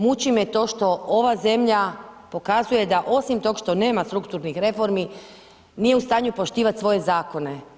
Muči me to što ova zemlja pokazuje da osim toga što nema strukturnih reformi, nije u stanju poštivat svoje zakone.